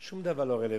שום דבר לא רלוונטי.